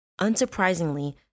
Unsurprisingly